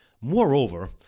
Moreover